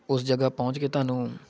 ਉਸ ਜਗ੍ਹਾ ਪਹੁੰਚ ਕੇ ਤੁਹਾਨੂੰ